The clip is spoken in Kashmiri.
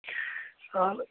اَہَن حظ